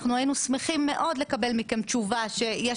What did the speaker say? היינו שמחים מאוד לקבל מכם תשובה שיש